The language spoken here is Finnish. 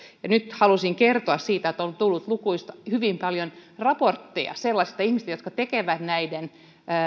nyt halusin kertoa siitä että on tullut hyvin paljon raportteja sellaisista ihmisistä jotka tekevät näiden